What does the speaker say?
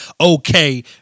okay